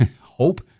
hope